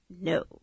No